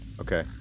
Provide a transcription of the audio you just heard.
Okay